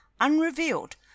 unrevealed